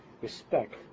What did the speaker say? respect